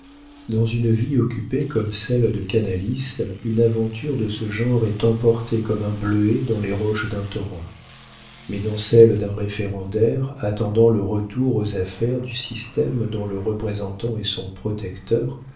dans une vie occupée comme celle de canalis une aventure de ce genre est emportée comme un bluet dans les roches d'un torrent mais dans celle d'un référendaire attendant le retour aux affaires du système dont le représentant est son protecteur